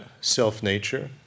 self-nature